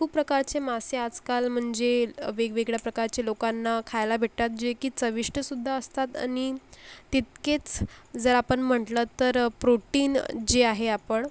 खूप प्रकारचे मासे आजकाल म्हणजे वेगवेगळ्या प्रकारचे लोकांना खायला भेटतात जे की चविष्टसुद्धा असतात आणि तितकेच जर आपण म्हंटलं तर प्रोटीन जे आहे आपण